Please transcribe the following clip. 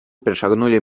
перешагнули